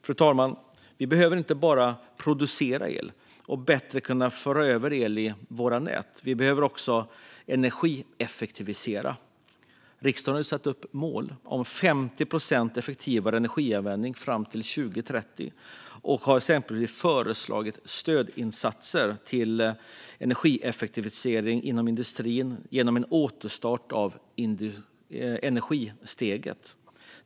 Fru talman! Vi behöver inte bara producera el och bättre föra över el i våra nät, utan vi behöver också kunna energieffektivisera. Riksdagen har satt upp mål om 50 procent effektivare energianvändning fram till 2030 och har exempelvis föreslagit stödinsatser till energieffektivisering inom industrin genom en återstart av Energisteget.